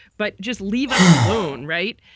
but just leave us alone. right.